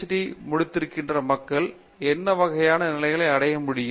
D முடித்திருக்கின்ற மக்கள் என்ன வகையான நிலைகள் அடைய முடியும்